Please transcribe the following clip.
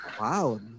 Wow